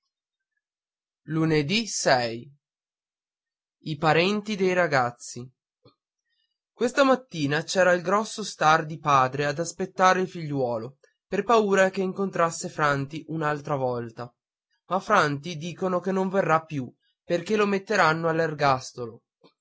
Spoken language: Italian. operazioni i parenti dei ragazzi di uesta mattina c'era il grosso stardi padre a aspettare il figliuolo per paura che incontrasse franti un'altra volta ma franti dicono che non verrà più perché lo metteranno